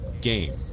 game